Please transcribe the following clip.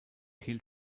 hielt